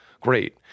Great